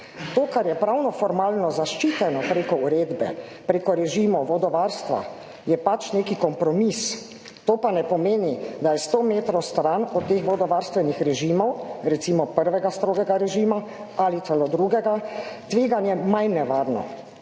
To kar je pravno formalno zaščiteno preko uredbe, preko režimov vodovarstva, je pač neki kompromis, to pa ne pomeni, da je sto metrov stran od teh vodovarstvenih režimov, recimo prvega strogega režima ali celo drugega, tveganje manj nevarno